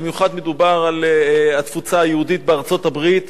במיוחד מדובר על התפוצה היהודית בארצות-הברית,